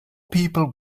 people